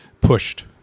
pushed